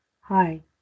Hi